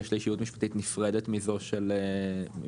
יש לה ישות משפטית נפרדת מזו של המדינה.